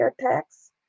tax